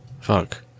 Fuck